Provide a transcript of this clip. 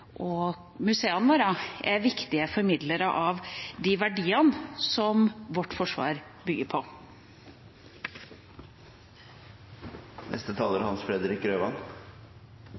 museene våre, er viktige formidlere av de verdiene som vårt forsvar bygger